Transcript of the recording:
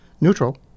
neutral